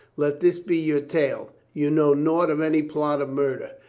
let this be your tale you know naught of any plot of murder.